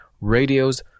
radios